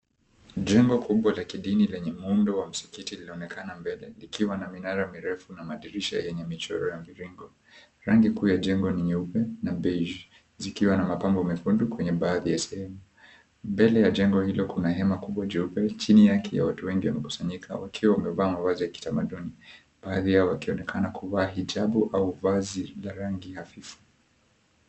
Jengo kubwa la kidini lenye muundo wa msikiti linaonekana mbele likiwa na minara mirefu na madirisha yenye michoro ya mviringo. Rangi kuu ya jengo ni nyeupe na beige zikiwa na mapambo mekundu kwenye baadhi ya sehemu. Mbele ya jengo hilo kuna hema kubwa jeupe. Chini yake watu wengi wamekusanyika wakiwa wamevaa mavazi ya kitamaduni baadhi yao wakionekana kuvaa hijabu au vazi la rangi hafifu.